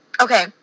okay